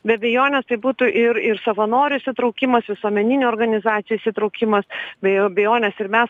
be abejonės tai būtų ir ir savanorių įsitraukimas visuomeninių organizacijų įsitraukimas be jo abejonės ir mes